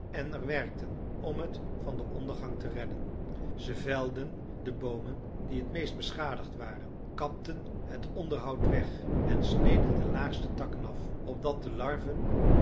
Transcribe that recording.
en er werkten om het van den ondergang te redden zij velden de boomen die t meest beschadigd waren kapten het onderhout weg en sneden de laagste takken af opdat de larven